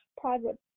private